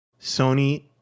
Sony